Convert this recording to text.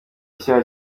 icyaha